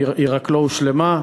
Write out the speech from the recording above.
היא רק לא הושלמה.